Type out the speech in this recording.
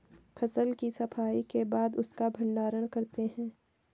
फसल की सफाई के बाद उसका भण्डारण करते हैं